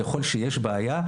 ככול שיש בעיה,